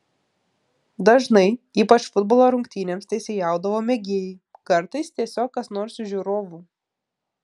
dažnai ypač futbolo rungtynėms teisėjaudavo mėgėjai kartais tiesiog kas nors iš žiūrovų